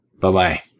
Bye-bye